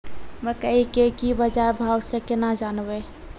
मकई के की बाजार भाव से केना जानवे?